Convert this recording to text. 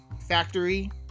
factory